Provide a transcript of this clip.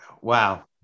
Wow